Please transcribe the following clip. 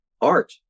art